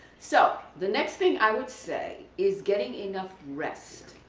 so the next thing i would say is getting enough rest.